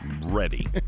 ready